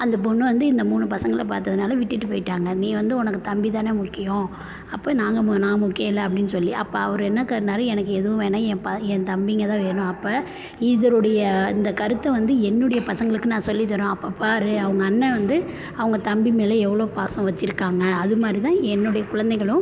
அந்த பொண்ணு வந்து இந்த மூணு பசங்களை பார்த்ததுனால விட்டுவிட்டு போயிவிட்டாங்க நீ வந்து உனக்கு தம்பி தான முக்கியம் அப்போ நாங்கள் நான் முக்கியம் இல்லை அப்படின் சொல்லி அப்போ அவர் என்ன கண்ணாரு எனக்கும் எதுவும் வேணாம் என் ப என் தம்பிங்க தான் வேணும் அப்போ இதுருடைய இந்த கருத்தை வந்து என்னுடைய பசங்களுக்கு நான் சொல்லித்தரோம் அப்போ பார் அவங்க அண்ணேன் வந்து அவங்க தம்பி மேலே எவ்வளோ பாசம் வச்சுருக்காங்க அது மாதிரி தான் என்னுடைய குழந்தைகளும்